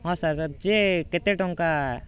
ହଁ ସାର୍ ଯେ କେତେ ଟଙ୍କା